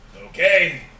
okay